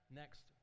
next